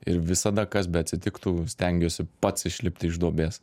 ir visada kas beatsitiktų stengiuosi pats išlipti iš duobės